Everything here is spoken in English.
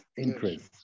interest